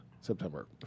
September